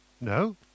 No